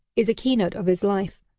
is a keynote of his life.